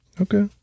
Okay